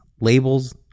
labels